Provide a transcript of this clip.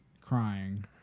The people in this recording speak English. crying